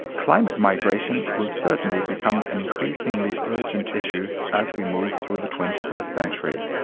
climate migration will certainly become an increasingly urgent issue as we move through the twenty first century.